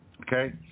okay